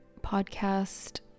podcast